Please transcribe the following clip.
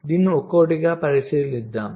దీనిని ఒక్కొక్కటిగా పరిశీలిద్దాం